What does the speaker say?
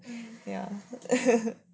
ya